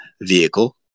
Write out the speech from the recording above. vehicle